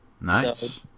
Nice